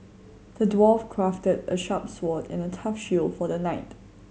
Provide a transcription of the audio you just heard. the dwarf crafted a sharp sword and a tough shield for the knight